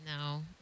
No